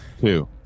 two